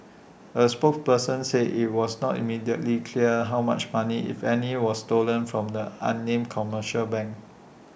A spokesperson said IT was not immediately clear how much money if any was stolen from the unnamed commercial bank